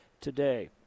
today